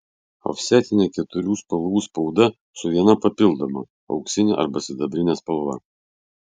ofsetinė keturių spalvų spauda su viena papildoma auksine arba sidabrine spalva